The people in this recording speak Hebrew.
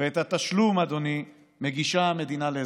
ואת התשלום, אדוני, מגישה המדינה לאזרחיה.